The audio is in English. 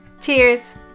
Cheers